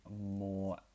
more